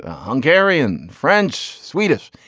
ah hungarian, french, swedish.